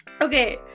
okay